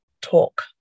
talk